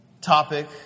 topic